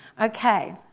Okay